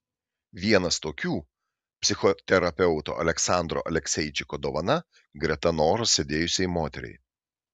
vienas tokių psichoterapeuto aleksandro alekseičiko dovana greta noros sėdėjusiai moteriai